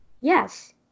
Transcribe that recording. Yes